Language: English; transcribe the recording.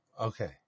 okay